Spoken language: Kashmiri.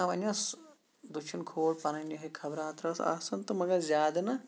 آ وۄنۍ ٲسۍ دٔچھِنۍ کھوٚوٕرۍ پَنٕنۍ یِہے خَبرا اَترا ٲسۍ آسان تہٕ مَگر زیادٕ نہٕ